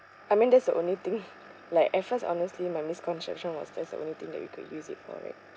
I mean that's the only thing like at first honestly my misconception was that's the only thing that we could use it for right